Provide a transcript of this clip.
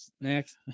next